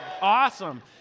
Awesome